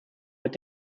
mit